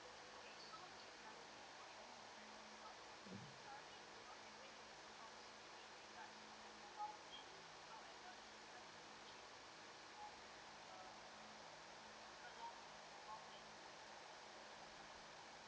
mmhmm